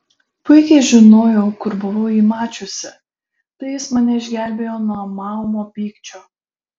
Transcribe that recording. puikiai žinojau kur buvau jį mačiusi tai jis mane išgelbėjo nuo maumo pykčio